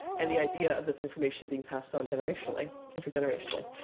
and the idea of this information being passed on generationally, intergenerationally.